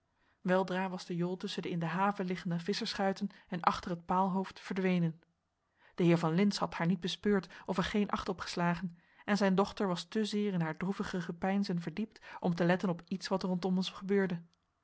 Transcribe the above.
weldra was de jol tusschen de in de haven liggende visschersschuiten en achter het paalhoofd verdwenen de heer van lintz had haar niet bespeurd of er geen acht op geslagen en zijn dochter was te zeer in haar droevige gepeinzen verdiept om te letten op iets wat rondom ons gebeurde